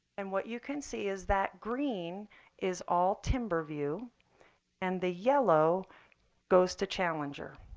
and what you can see is that green is all timber view and the yellow goes to challenger.